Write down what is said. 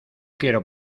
quiero